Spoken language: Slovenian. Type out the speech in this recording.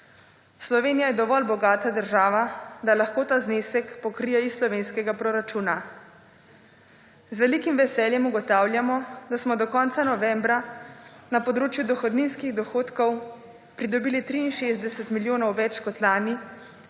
Slovenija je dovolj bogata država, da lahko ta znesek pokrije iz slovenskega proračuna. Z velikim veseljem ugotavljamo, da smo do konca novembra na področju dohodninskih dohodkov pridobili 63 milijonov več kot lani,